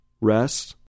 Rest